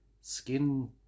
skin